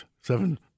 Seven